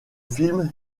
film